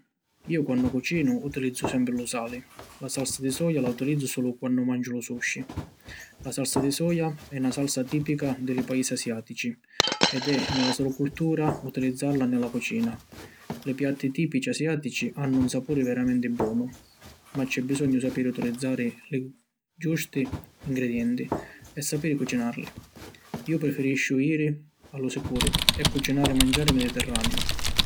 Iu quannu cucinu utilizzu sempri lu sali. La salsa di soia la utilizzu sulu quannu manciu lu sushi. La salsa di soia è na salsa tipica di li paisi asiatici ed è ni la so cultura utilizzarla ni la cucina. Li piatti tipici asiatici hannu un sapuri veramenti bonu ma cè bisognu sapiri utilizzari li giusti ingredienti e sapiri cucinarli. Iu preferisciu jiri a lu sicuru e cucinari manciari mediterraneu.